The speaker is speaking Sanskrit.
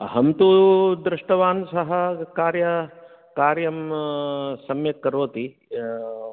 अहं तु दृष्टवान् सः कार्यं कार्यं सम्यक् करोति